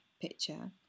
picture